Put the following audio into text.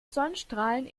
sonnenstrahlen